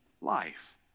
life